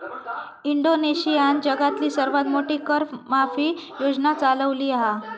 इंडोनेशियानं जगातली सर्वात मोठी कर माफी योजना चालवली हा